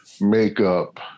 makeup